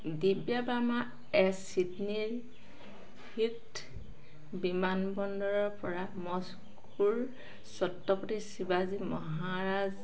দিব্যা বাৰ্মা এচ ছিডনীৰ হিথ বিমানবন্দৰৰপৰা মস্কোৰ ছত্ৰপতি শিৱাজী মহাৰাজ